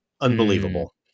Unbelievable